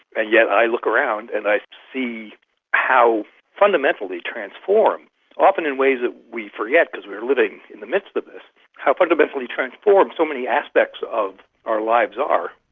and yet i look around and i see how fundamentally transformed often in ways that we forget, because we're living in the midst of this how fundamentally transformed so many aspects of our lives are.